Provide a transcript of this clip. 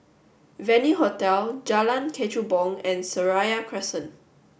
Venue Hotel Jalan Kechubong and Seraya Crescent